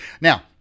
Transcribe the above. now